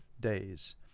days